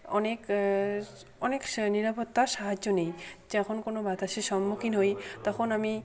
অনেক অনেকস্ নিরাপত্তার সাহায্য নিই যখন কোনো বাতাসের সম্মুখীন হই তখন আমি